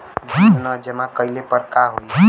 Bill न जमा कइले पर का होई?